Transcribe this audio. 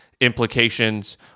implications